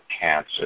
cancer